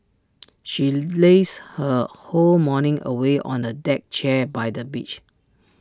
she lazed her whole morning away on A deck chair by the beach